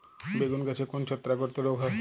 বেগুন গাছে কোন ছত্রাক ঘটিত রোগ হয়?